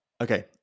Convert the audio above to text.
okay